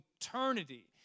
eternity